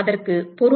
அதற்கு என்ன பொருள்